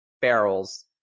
barrels